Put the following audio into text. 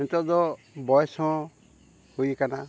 ᱱᱤᱛᱚᱜ ᱫᱚ ᱵᱚᱭᱚᱥ ᱦᱚᱸ ᱦᱩᱭ ᱠᱟᱱᱟ